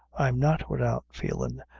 i'm not without feelin',